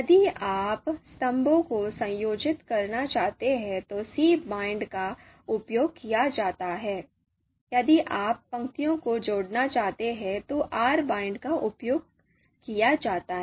यदि आप स्तंभों को संयोजित करना चाहते हैं तो cbind का उपयोग किया जाता है यदि आप पंक्तियों को जोड़ना चाहते हैं तो rbind का उपयोग किया जाता है